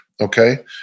okay